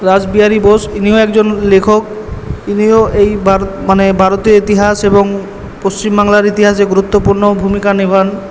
রাসবিহারী বোস ইনিও একজন লেখক ইনিও এই মানে ভারতের ইতিহাস এবং পশ্চিমবাংলার ইতিহাসে গুরুত্বপূর্ণ ভূমিকা নেন